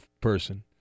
person